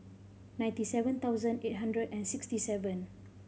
ninety seven thousand eight hundred and sixty seven